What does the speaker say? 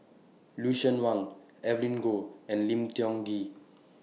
Lucien Wang Evelyn Goh and Lim Tiong Ghee